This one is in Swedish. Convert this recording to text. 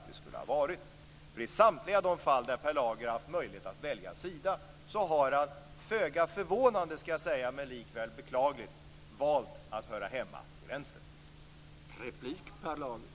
I samtliga de fall där Per Lager har haft möjlighet att välja sida har han, föga förvånande men likväl beklagligt, valt att höra hemma till vänster.